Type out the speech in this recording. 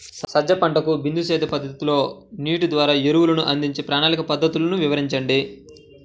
సజ్జ పంటకు బిందు సేద్య పద్ధతిలో నీటి ద్వారా ఎరువులను అందించే ప్రణాళిక పద్ధతులు వివరించండి?